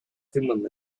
thummim